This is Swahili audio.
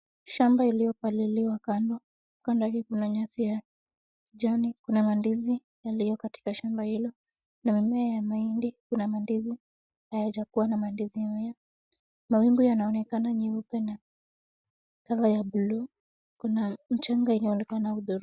Shamba iliyo paliliwa kando, kando yake kuna nyasi ya kijani, kuna mandizi yaliyo katika shamba hilo, na mimea ya mahindi, kuna mandizi hayajakuwa na mandizi pia, mawingu yanaonekana meupe na colour ya bulu, kuna mchanga inaonekana hudhurungi.